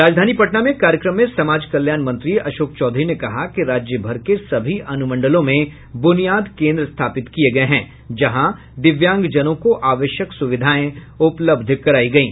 राजधानी पटना में कार्यक्रम में समाज कल्याण मंत्री अशोक चौधरी ने कहा कि राज्य भर के सभी अनुमंडलों में बुनियाद केन्द्र स्थापित किये गये हैं जहां दिव्यांग जनों को आवश्यक सुविधाएं उपलब्ध करायी गयी